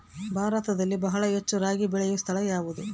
ಭಾರತದಲ್ಲಿ ಬಹಳ ಹೆಚ್ಚು ರಾಗಿ ಬೆಳೆಯೋ ಸ್ಥಳ ಯಾವುದು?